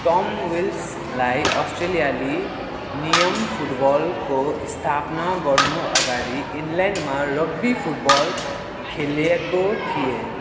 Tom विल्सलाई अस्ट्रेलियाली नियम फुटबलको स्थापना गर्नु अगाडि इङ्ल्यान्डमा रग्बी फुटबल खेलेको थिए